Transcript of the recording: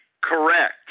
correct